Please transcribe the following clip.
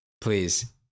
Please